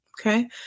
okay